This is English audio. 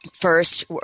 first